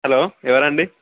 hello ఎవరండీ